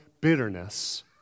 bitterness